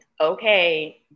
Okay